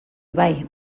bai